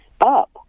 up